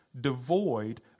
devoid